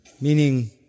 meaning